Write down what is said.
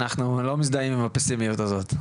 אנחנו לא מזדהים עם הפסימיות הזאת,